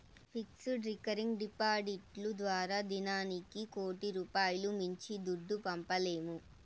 fixed, recurring డిపాడిట్లు ద్వారా దినానికి కోటి రూపాయిలు మించి దుడ్డు పంపలేము